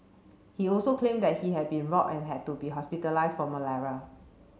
he also claimed that he had been robbed and had to be hospitalised from malaria